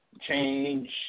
change